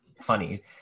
funny